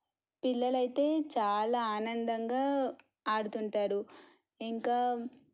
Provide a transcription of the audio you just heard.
పిల్లలు అయితే చాలా ఆనందంగా ఆడుతుంటారు ఇంకా